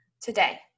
today